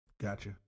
Gotcha